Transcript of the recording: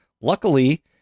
luckily